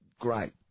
great